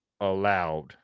allowed